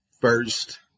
first